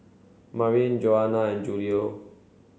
Marleen Johanna and Julio